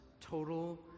total